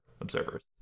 observers